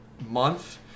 month